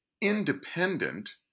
independent